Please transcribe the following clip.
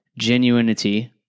genuinity